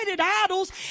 idols